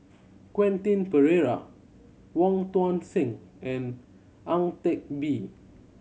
Quentin Pereira Wong Tuang Seng and Ang Teck Bee